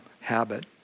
habit